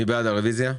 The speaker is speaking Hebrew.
מי נגד הרביזיה?